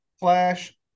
Flash